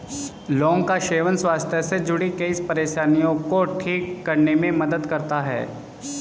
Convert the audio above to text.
लौंग का सेवन स्वास्थ्य से जुड़ीं कई परेशानियों को ठीक करने में मदद करता है